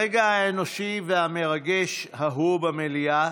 הרגע האנושי והמרגש ההוא במליאה